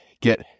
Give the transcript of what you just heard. get